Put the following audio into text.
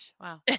Wow